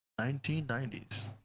1990s